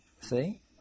See